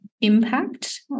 impact